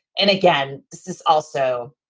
and again, this is also.